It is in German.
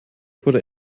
wurde